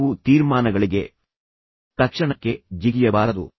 ನೀವು ತೀರ್ಮಾನಗಳಿಗೆ ತಕ್ಷಣಕ್ಕೆ ಜಿಗಿಯಬಾರದು